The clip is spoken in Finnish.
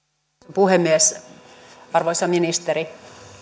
puhemies arvoisa ministeri